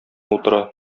утыра